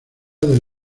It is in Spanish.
del